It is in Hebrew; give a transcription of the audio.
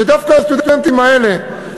שדווקא הסטודנטים האלה,